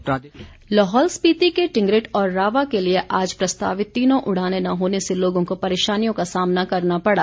मांग उड़ान लाहौल स्पीति ज़िले के टिंगरेट और रावा के लिए आज प्रस्तावित तीनों उड़ानें न होने से लोगों को परेशानियों का सामना करना पड़ा